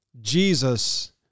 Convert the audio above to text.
jesus